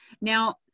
now